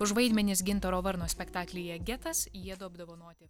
už vaidmenis gintaro varno spektaklyje getas jiedu apdovanoti